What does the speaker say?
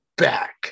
Back